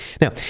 Now